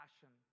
passion